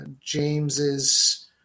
James's